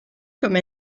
comme